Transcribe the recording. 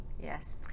Yes